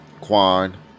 Quan